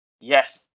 Yes